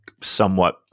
somewhat